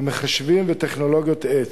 המחשבים וטכנולוגיות עץ.